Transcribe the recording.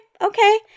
okay